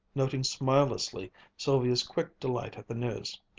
noting smilelessly sylvia's quick delight at the news.